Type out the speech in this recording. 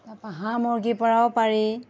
তাৰপৰা হাঁহ মূৰ্গীৰপৰাও পাৰি